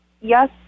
yes